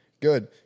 Good